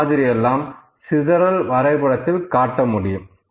இந்த மாதிரியெல்லாம் சிதறல் வரைபடத்தில் காட்ட முடியும்